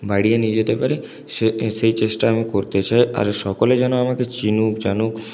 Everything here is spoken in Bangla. বাড়িয়ে নিয়ে যেতে পারি সে সেই চেষ্টা আমি করতে চাই আর সকলে যেন আমাকে চিনুক জানুক